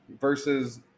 versus